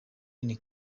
nini